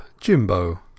Jimbo